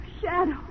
Shadow